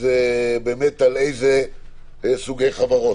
באמת על איזה סוגים חברות.